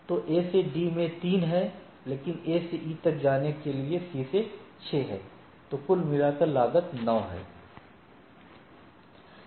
तो A से D में 3 है लेकिन A से E तक जाने के लिए C से 6 है तो कुल मिलाकर लागत 9 है